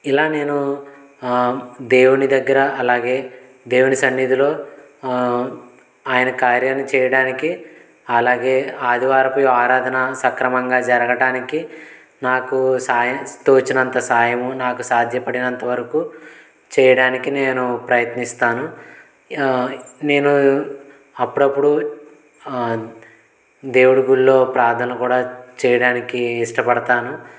ఇలా నేను దేవుని దగ్గర అలాగే దేవుని సన్నిధిలో ఆయన కార్యాలు చేయడానికి అలాగే ఆదివారపు ఆరాధన సక్రమంగా జరగటానికి నాకు సాయం తోచినంత సాయం నాకు సాధ్యపడినంత వరకు చేయడానికి నేను ప్రయత్నిస్తాను నేను అప్పుడప్పుడు దేవుడి గుడిలో ప్రార్థన కూడా చేయడానికి ఇష్టపడతాను